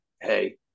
hey –